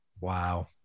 Wow